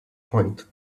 point